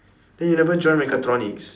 then you never join mechatronics